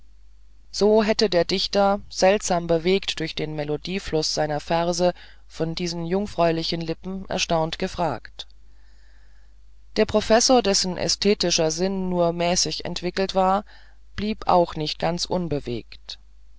so hätte der dichter seltsam bewegt durch den melodiefluß seiner verse von diesen jungfräulichen lippen erstaunt gefragt der professor dessen ästhetischer sinn nur mäßig entwickelt war blieb auch nicht ganz unbewegt